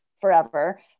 forever